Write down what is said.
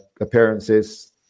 appearances –